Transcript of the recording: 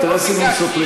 האינטרסים הם סותרים